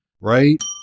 Right